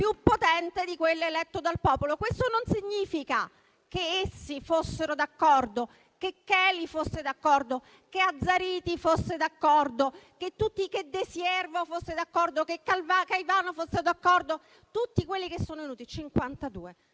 potente di quello eletto dal popolo. Questo non significa che essi fossero d'accordo: che Cheli fosse d'accordo, che Azzariti fosse d'accordo, che De Siervo fosse d'accordo, che Calvano fosse d'accordo. Tutti i cinquantadue